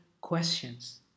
questions